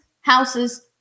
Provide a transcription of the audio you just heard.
houses